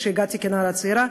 כשהגעתי כנערה צעירה,